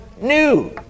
new